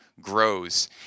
grows